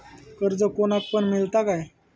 कर्ज कोणाक पण मेलता काय?